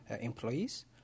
employees